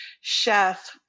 chef